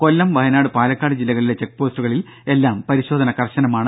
കൊല്ലം വയനാട് പാലക്കാട് ജില്ലകളിലെ ചെക്ക് പോസ്റ്റുകളിൽ എല്ലാം പരിശോധന കർശനമാണ്